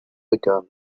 begun